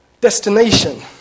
Destination